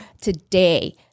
today